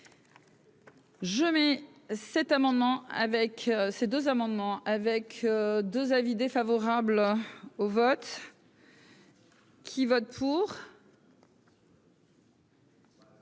avec ces deux amendements avec 2 avis défavorable au vote. Qui vote pour.